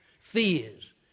fears